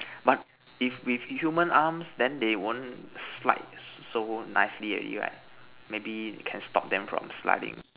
but if with human arms then they won't slide so nicely already right maybe can stop them from sliding